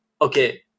okay